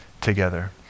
together